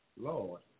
Lord